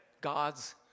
God's